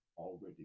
already